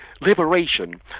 liberation